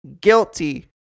guilty